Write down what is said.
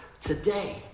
today